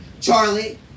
Charlie